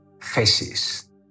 faces